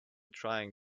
trying